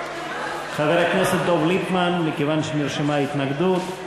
חבר הכנסת דב ליפמן, מכיוון שנרשמה התנגדות,